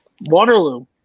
Waterloo